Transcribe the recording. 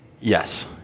yes